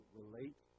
relate